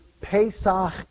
Pesach